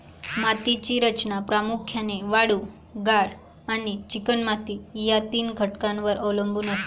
मातीची रचना प्रामुख्याने वाळू, गाळ आणि चिकणमाती या तीन घटकांवर अवलंबून असते